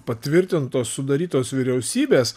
patvirtintos sudarytos vyriausybės